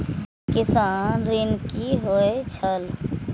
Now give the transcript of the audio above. किसान ऋण की होय छल?